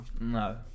No